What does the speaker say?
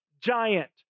giant